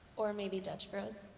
or maybe dutch bros.